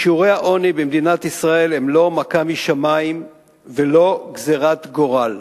שיעורי העוני במדינת ישראל הם לא מכה משמים ולא גזירת גורל.